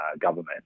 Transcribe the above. government